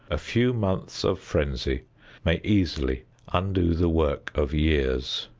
a few months of frenzy may easily undo the work of years.